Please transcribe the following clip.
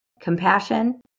compassion